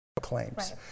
claims